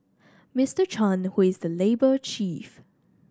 Mister Chan who is the labour chief